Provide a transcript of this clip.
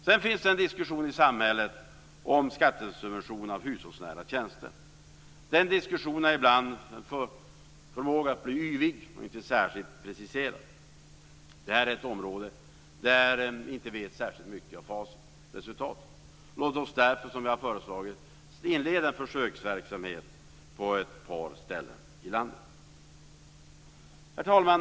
Det finns i samhället en diskussion om skattesubventioner av hushållsnära tjänster. Den diskussionen har ibland en förmåga att bli yvig och inte särskilt preciserad. Vi vet inte särskilt mycket om facit, om resultatet på det här området. Låt oss därför, som vi har föreslagit, inleda en försöksverksamhet på ett par ställen i landet. Herr talman!